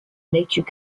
nature